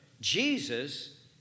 Jesus